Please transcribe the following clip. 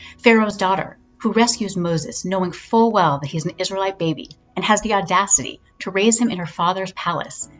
pharaoh's daughter who rescues moses knowing full well that he's an israelite baby and has the audacity to raise him in her father's palace,